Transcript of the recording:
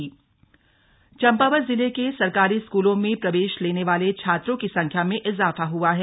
सरकारी स्कूल चंपावत चम्पावत जिले के सरकारी स्कूलों में प्रवेश लेने वाले छात्रों की संख्या में इजाफा हआ है